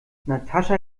natascha